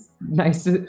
nice